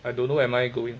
I don't know am I going